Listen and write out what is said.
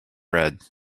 red